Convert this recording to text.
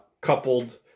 coupled